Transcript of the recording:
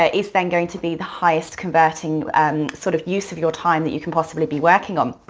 ah it's then going to be the highest converting um sort of use of your time that you can possibly be working on.